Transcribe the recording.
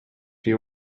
you